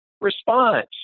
response